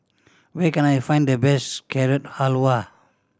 where can I find the best Carrot Halwa